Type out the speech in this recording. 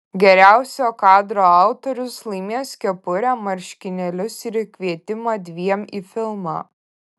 geriausio kadro autorius laimės kepurę marškinėlius ir kvietimą dviem į filmą